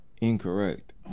Incorrect